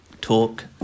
Talk